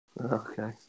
Okay